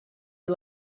you